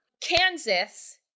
Kansas